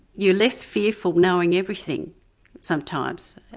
you're less fearful knowing everything sometimes.